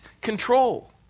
control